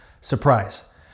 Surprise